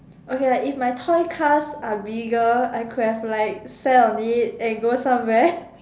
okay if my toy car are bigger I could have like sell on it and go somewhere